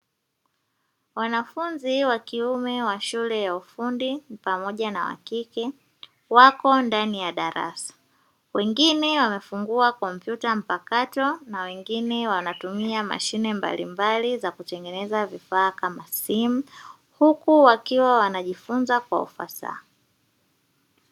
Wanafunzi wa kiume wa shule ya ufundi pamoja na wa kike wako ndani ya darasa, wengine wamefungua kompyuta mpakato na wengine wanatumia mashine mbalimbali za kutengeneza vifaa kama simu, huku wakiwa wanajifunza kwa ufasaha.